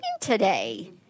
today